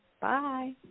Bye